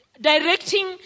directing